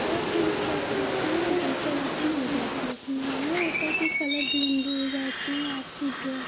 और फ़िर क्या करते हैं गोंचा गांची हो जाती है उसमें यह होता है कि कलर भी गंदे हो जाते हैं आपकी ड्राइं